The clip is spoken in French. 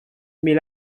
mais